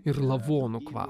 ir lavonų kvapo